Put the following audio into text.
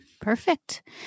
Perfect